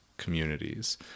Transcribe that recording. communities